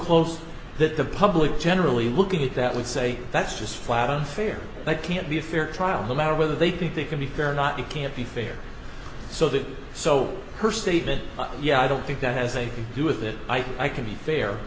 close that the public generally looking at that would say that's just flat out unfair that can't be a fair trial the matter whether they think they can be fair or not it can't be fair so that so her statement yeah i don't think that has a do with it i think i can be fair